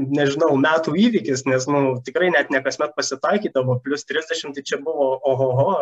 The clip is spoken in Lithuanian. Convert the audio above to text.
nežinau metų įvykis nes nu tikrai net ne kasmet pasitaikydavo plius trisdešim tai čia buvo ohoho